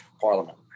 Parliament